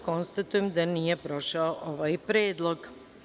Konstatujem da nije prošao ovaj predlog.